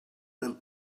and